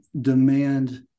demand